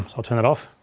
i'll turn that off.